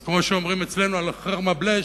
אז כמו שאומרים אצלנו, "על חרמא בליש",